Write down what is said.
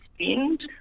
spend